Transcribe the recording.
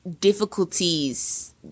difficulties